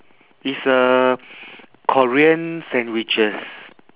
it's a korean sandwiches